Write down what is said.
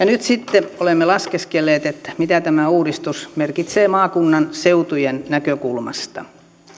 nyt sitten olemme laskeskelleet mitä tämä uudistus merkitsee maakunnan seutujen näkökulmasta